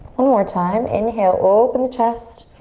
one more time. inhale, open the chest.